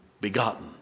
begotten